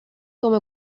como